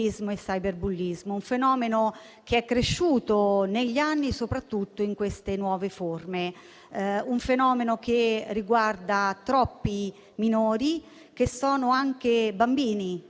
un fenomeno che è cresciuto negli anni soprattutto in queste nuove forme. Un fenomeno che riguarda troppi minori che sono anche bambini,